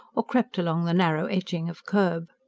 or crept along the narrow edging of kerb.